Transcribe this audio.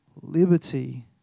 liberty